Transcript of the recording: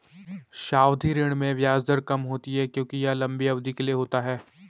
सावधि ऋण में ब्याज दर कम होती है क्योंकि यह लंबी अवधि के लिए होती है